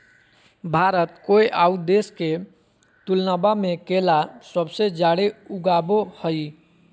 भारत कोय आउ देश के तुलनबा में केला सबसे जाड़े उगाबो हइ